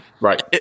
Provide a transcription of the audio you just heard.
Right